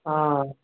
ஆ